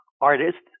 artists